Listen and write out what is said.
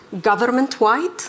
government-wide